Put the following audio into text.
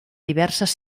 diverses